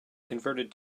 converted